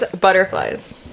Butterflies